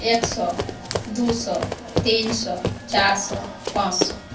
एक सओ दुइ सओ तीन सओ चार सओ पाँच सओ